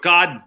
God